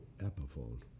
Epiphone